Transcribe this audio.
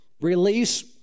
release